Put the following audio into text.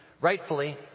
rightfully